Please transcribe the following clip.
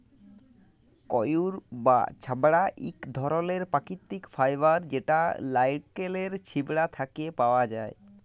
কইর বা ছবড়া ইক ধরলের পাকিতিক ফাইবার যেট লাইড়কেলের ছিবড়া থ্যাকে পাউয়া যায়